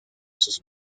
sus